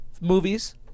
movies